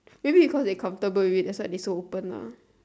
maybe it cause they comfortable with it that's why they can open lah